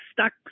stuck